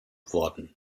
worden